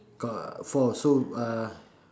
got four so uh